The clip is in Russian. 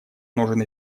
нужен